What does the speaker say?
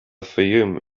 fayoum